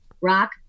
rock